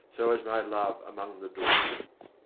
so is my love among the daughters.